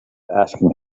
asking